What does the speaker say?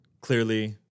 clearly